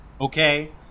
okay